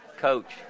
coach